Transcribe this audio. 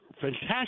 fantastic